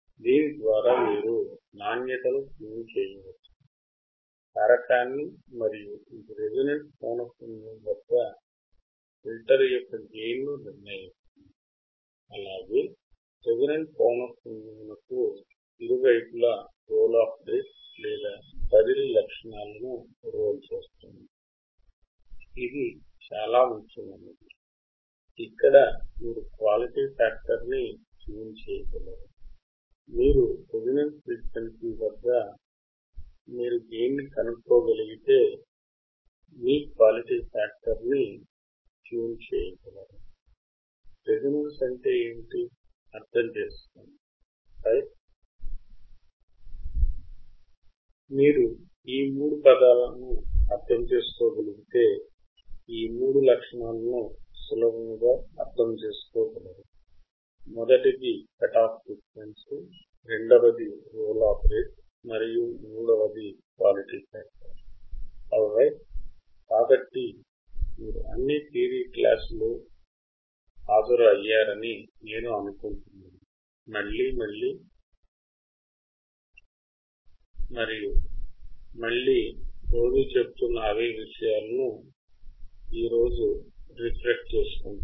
దీని ద్వారా మీరు నాణ్యతను ట్యూన్ చేయవచ్చు కారకాన్నిమరియు ఇది రేజోనెంట్ పౌనఃపున్యము వద్ద ఫిల్టర్ యొక్క గెయిన్ ను నిర్ణయిస్తుంది అలాగే రేజోనెంట్ పౌనఃపున్యమునకు ఇరువైపులా రోల్ ఆఫ్ రేట్ లేదా బదిలీ లక్షణాలను రోల్ చేస్తుంది